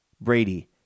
Brady